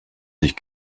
sich